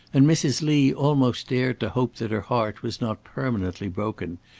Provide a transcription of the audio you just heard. and mrs. lee almost dared to hope that her heart was not permanently broken,